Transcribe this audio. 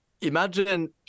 imagine